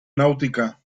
náutica